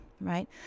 right